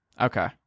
Okay